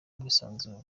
ubwisanzure